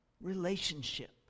Relationship